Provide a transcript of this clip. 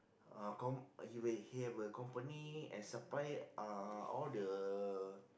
uh com~ you will have a company and supply uh all the